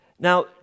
Now